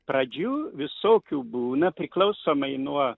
pradžių visokių būna priklausomai nuo